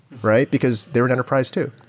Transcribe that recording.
right? because they're an enterprise too.